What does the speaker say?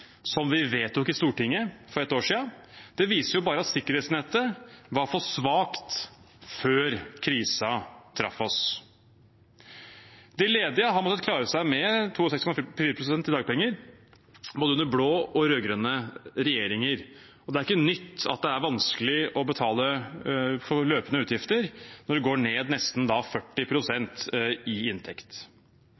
som vi vedtok i Stortinget for ett år siden, viser bare at sikkerhetsnettet var for svakt før krisen traff oss. De ledige har måttet klare seg med 62,4 pst. i dagpenger under både blå og rød-grønne regjeringer. Det er ikke noe nytt at det er vanskelig å betale for løpende utgifter når man går ned nesten 40